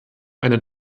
eine